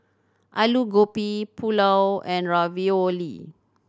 Alu Gobi Pulao and Ravioli